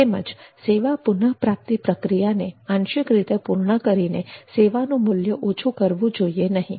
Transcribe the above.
તેમજ સેવા પુનઃપ્રાપ્તિ પ્રક્રિયાને આંશિક રીતે પૂર્ણ કરીને સેવાનું મૂલ્ય ઓછું કરવું જોઈએ નહીં